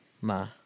ma